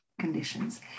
conditions